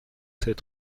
sept